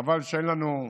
חבל שאין לנו,